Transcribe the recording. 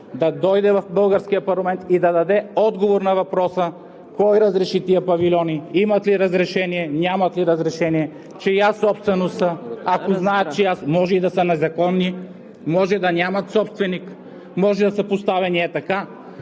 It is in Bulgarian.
община в българския парламент и да даде отговор на въпроса кой разреши тези павилиони, имат ли разрешение, нямат ли разрешение, чия собственост са, ако знаят – може и да са незаконни, може да нямат собственик, може да са поставени ей така.